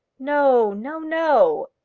no no, no!